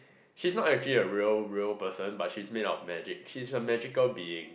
she's not actually a real real person but she's made of magic she's a magical being